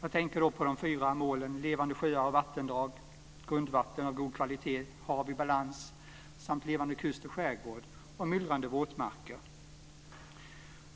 Jag tänker då på de fyra målen Levande sjöar och vattendrag, Grundvatten av god kvaliataet, Hav i balans samt levande kust och skärgård och